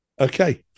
Okay